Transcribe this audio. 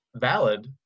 valid